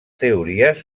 teories